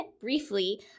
briefly